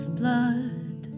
blood